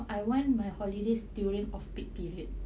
no I want my holidays during off peak period